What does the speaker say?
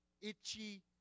itchy